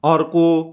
अर्को